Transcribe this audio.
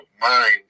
mind